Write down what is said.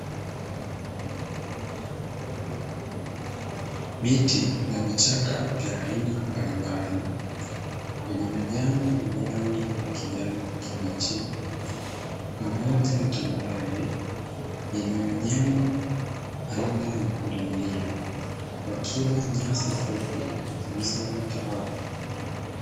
Miti na vichaka vya aina mbalimbali, vyenye majani yenye rangi ya kijani kibichi, pamoja na tambarare yenye wanyama aina ya pundamilia wakila nyasi fupi zilizoota hapo.